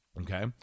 Okay